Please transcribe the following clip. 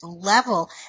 level